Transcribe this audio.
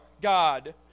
God